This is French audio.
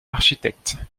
architectes